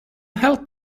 help